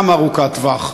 גם ארוכת טווח,